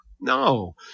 No